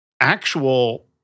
actual